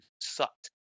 sucked